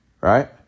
Right